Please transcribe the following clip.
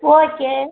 okay